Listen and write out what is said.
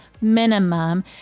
minimum